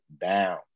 down